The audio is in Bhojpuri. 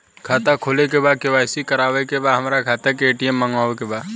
खाता खोले के बा के.वाइ.सी करावे के बा हमरे खाता के ए.टी.एम मगावे के बा?